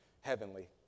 heavenly